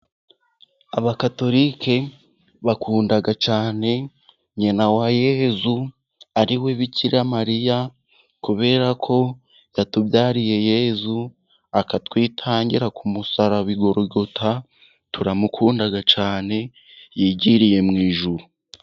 Abakatolike bakunda cyane nyina wa yezu ari we Bikiramariya, kubera ko yatubyariye yezu akatwitangira ku musaraba igorogota, turamukunda cyane yigiriye mu ijuru.